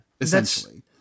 Essentially